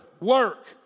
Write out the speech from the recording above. work